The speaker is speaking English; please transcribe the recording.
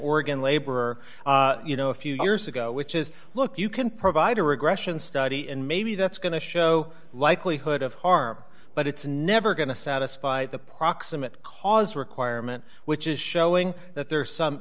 oregon labor you know a few years ago which is look you can provide a regression study and maybe that's going to show likelihood of harm but it's never going to satisfy the proximate cause requirement which is showing that there are some